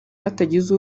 hatagize